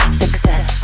success